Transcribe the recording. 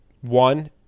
one